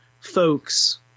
folks